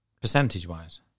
Percentage-wise